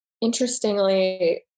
interestingly